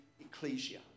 ecclesia